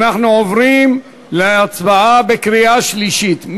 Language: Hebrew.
אנחנו עוברים להצבעה בקריאה שלישית.